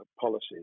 policies